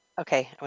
okay